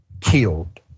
killed